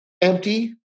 empty